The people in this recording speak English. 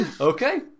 Okay